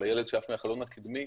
על הילד שעף מהחלון הקדמי,